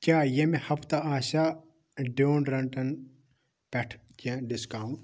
کیٛاہ ییٚمہِ ہفتہٕ آسیٛا ڈیوٚڈرٛنٹَن پٮ۪ٹھ کیٚنٛہہ ڈِسکاوُنٛٹ